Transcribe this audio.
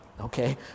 Okay